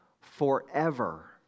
forever